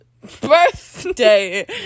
birthday